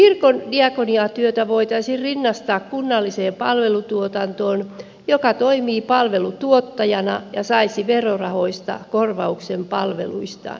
eikö kirkon diakoniatyötä voitaisi rinnastaa kunnalliseen palvelutuotantoon niin että se toimisi palvelun tuottajana ja saisi verorahoista korvauksen palveluistaan